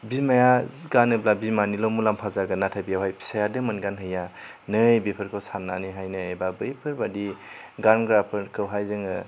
बिमाया गानोब्ला बिमानिल' मुलाम्फा जागोन नाथाय बेयावहाय फिसायादि मोनगानहैया नै बेफोरखौ सानानैनो बैफोर बादि गानग्राफोरखौहाय जोङो